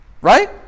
Right